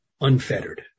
unfettered